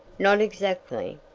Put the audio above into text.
not exactly,